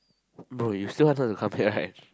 bro you still wanted to come here right